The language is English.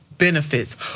Benefits